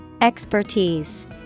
Expertise